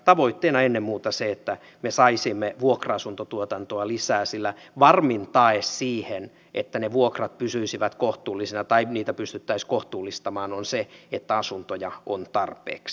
tavoitteena on ennen muuta se että me saisimme vuokra asuntotuotantoa lisää sillä varmin tae siihen että ne vuokrat pysyisivät kohtuullisina tai niitä pystyttäisiin kohtuullistamaan on se että asuntoja on tarpeeksi